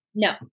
No